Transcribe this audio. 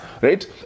right